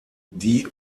die